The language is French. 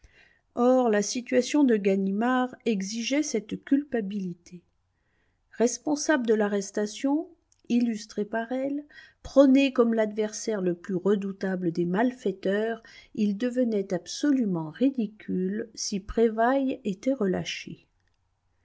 or la situation de ganimard exigeait cette culpabilité responsable de l'arrestation illustré par elle prôné comme l'adversaire le plus redoutable des malfaiteurs il devenait absolument ridicule si prévailles était relâché